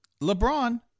LeBron